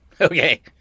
Okay